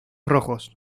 rojos